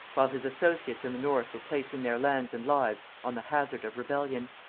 while his associates in the north were placing their lands and lives on the hazard of rebellion.